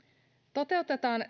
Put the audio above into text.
toteutetaan